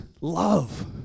love